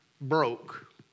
broke